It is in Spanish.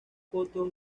fotos